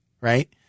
right